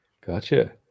Gotcha